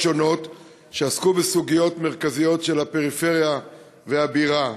שונות שעסקו בסוגיות מרכזיות של הפריפריה והבירה: